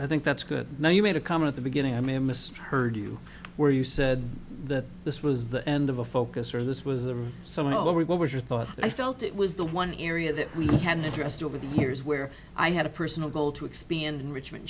i think that's good now you made a comment the beginning i mean mr heard you where you said that this was the end of a focus or this was a so no what was your thought and i felt it was the one area that we hadn't addressed over the years where i had a personal goal to expand enrichment